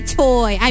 toy